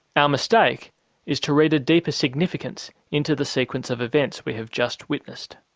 our mistake is to read a deeper significance into the sequence of events we have just witnessed.